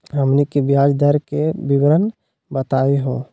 हमनी के ब्याज दर के विवरण बताही हो?